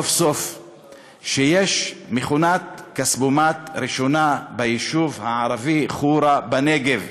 סוף-סוף יש מכונת כספומט ראשונה ביישוב הערבי חורה בנגב.